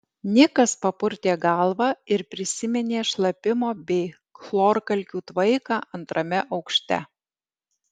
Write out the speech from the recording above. nikas papurtė galvą ir prisiminė šlapimo bei chlorkalkių tvaiką antrame aukšte